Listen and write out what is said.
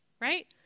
right